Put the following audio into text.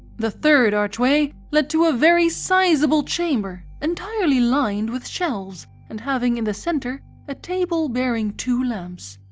the third archway led to a very sizeable chamber entirely lined with shelves and having in the centre a table bearing two lamps.